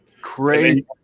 Crazy